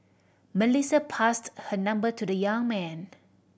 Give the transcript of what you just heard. Melissa passed her number to the young man